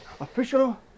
Official